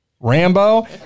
Rambo